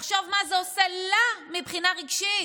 לחשוב מה זה עושה לה מבחינה רגשית,